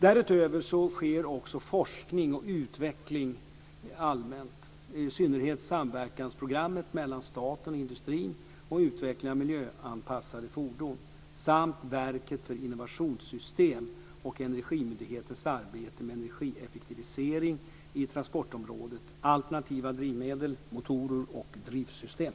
Därutöver sker också forskning och utveckling allmänt genom i synnerhet Samverkansprogrammet mellan staten och industrin om utveckling av miljöanpassade fordon samt Verket för innovationssystem och Energimyndighetens arbete med energieffektivisering i transportområdet, alternativa drivmedel, motorer och drivsystem.